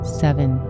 seven